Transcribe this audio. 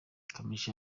kamichi